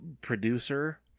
Producer